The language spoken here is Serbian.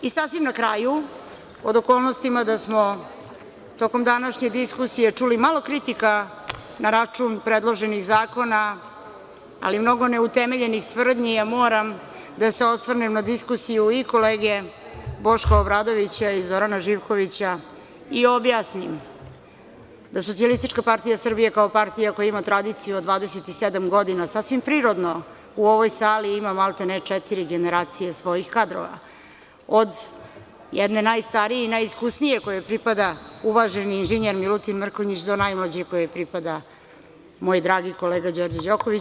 Sasvim na kraju, pod okolnostima da smo tokom današnje diskusije čuli malo kritika na račun predloženih zakona, ali mnogo neutemeljenih tvrdnji, ja moram da se osvrnem na diskusiju i kolege Boška Obradovića i Zorana Živkovića i objasnim da SPS, kao partija koja ima tradiciju od 27 godina, sasvim prirodno u ovoj sali ima, maltene, četiri generacije svojih kadrova, od jedne najstarije i najiskusnije, kojoj pripada uvaženi inženjer Milutin Mrkonjić, do najmlađe, kojoj pripada moj dragi kolega Đorđe Đoković.